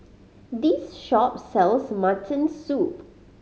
this shop sells mutton soup